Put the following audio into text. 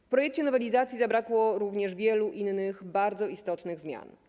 W projekcie nowelizacji zabrakło również wielu innych bardzo istotnych zmian.